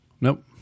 Nope